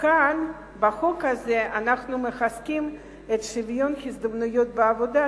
וכאן בחוק הזה אנחנו מחזקים את שוויון ההזדמנויות בעבודה,